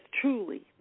truly